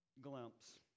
glimpse